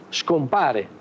scompare